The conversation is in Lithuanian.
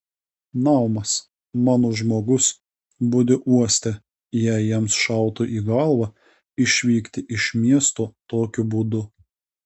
naumas mano žmogus budi uoste jei jiems šautų į galvą išvykti iš miesto tokiu būdu